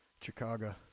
Chicago